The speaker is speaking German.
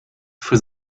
für